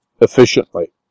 efficiently